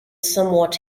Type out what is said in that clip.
somewhat